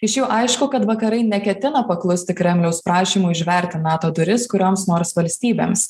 iš jų aišku kad vakarai neketina paklusti kremliaus prašymui užverti nato duris kurioms nors valstybėms